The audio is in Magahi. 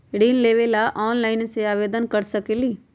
ऋण लेवे ला ऑनलाइन से आवेदन कर सकली?